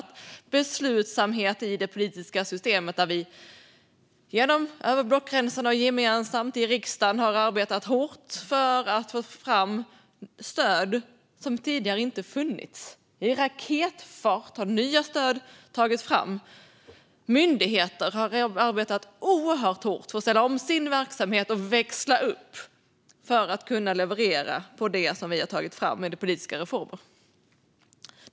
Det är också en beslutsamhet i det politiska systemet där vi över blockgränserna och gemensamt i riksdagen har arbetat hårt för att få fram stöd som tidigare inte har funnits. I raketfart har nya stöd tagits fram. Myndigheter har arbetat oerhört hårt för att ställa om sin verksamhet och växla upp för att kunna leverera på det som vi har tagit fram i politiska reformer.